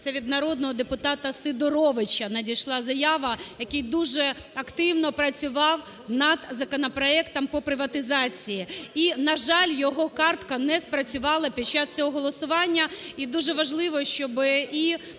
Це від народного депутата Сидоровича надійшла заява, який дуже активно працював над законопроектом по приватизації, і, на жаль, його картка не спрацювала під час цього голосування.